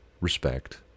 respect